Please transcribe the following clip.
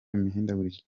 imihindagurikire